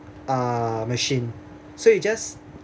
uh machine so you just